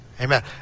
Amen